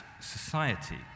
society